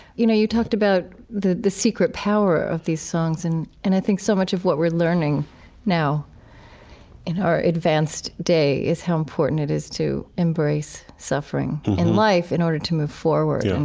you know you talked about the the secret power of these songs. and and i think so much of what we're learning now in our advanced day is how important it is to embrace suffering in life in order to move forward yeah and